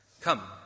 Come